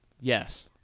Yes